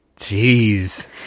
Jeez